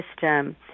system